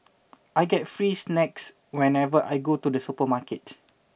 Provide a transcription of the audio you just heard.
I get free snacks whenever I go to the supermarket